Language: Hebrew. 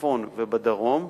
בצפון ובדרום,